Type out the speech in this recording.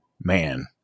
man